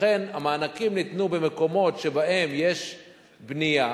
לכן, המענקים ניתנו במקומות שבהם יש בנייה,